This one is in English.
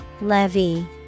Levy